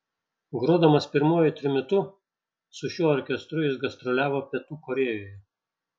grodamas pirmuoju trimitu su šiuo orkestru jis gastroliavo pietų korėjoje